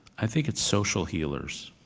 i think it's social healers.